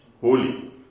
holy